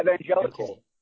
evangelical